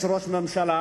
יש ראש ממשלה